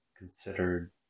considered